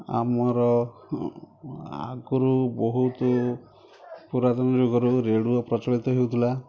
ଆମର ଆଗରୁ ବହୁତ ପୁରାତନ ଯୁଗରୁ ରେଡ଼ିଓ ପ୍ରଚଳିତ ହେଉଥିଲା